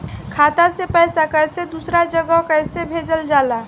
खाता से पैसा कैसे दूसरा जगह कैसे भेजल जा ले?